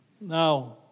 now